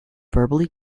verbally